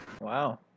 wow